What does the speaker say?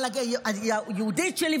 אבל ה"יהודית" שלי,